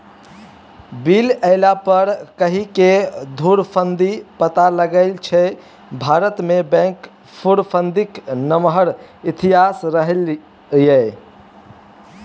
bill एला पर गहिंकीकेँ धुरफंदी पता लगै छै भारतमे बैंक धुरफंदीक नमहर इतिहास रहलै यै